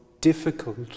difficult